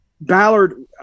Ballard